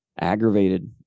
aggravated